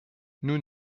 nous